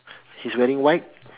he's wearing white